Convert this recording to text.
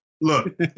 Look